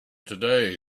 today